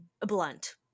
blunt